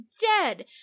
dead